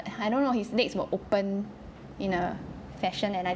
I don't know his legs were open in a fashion and like